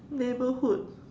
neighborhood